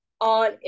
on